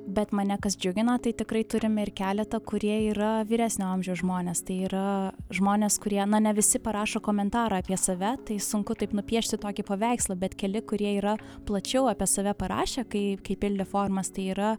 bet mane kas džiugina tai tikrai turime ir keletą kurie yra vyresnio amžiaus žmonės tai yra žmonės kurie na ne visi parašo komentarą apie save tai sunku taip nupiešti tokį paveikslą bet keli kurie yra plačiau apie save parašę kai kai pildė formas tai yra